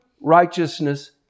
righteousness